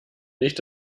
nicht